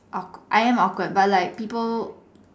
I'm awkward but like people